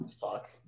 Fuck